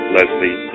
Leslie